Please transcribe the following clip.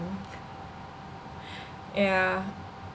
yeah